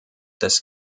des